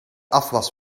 afwas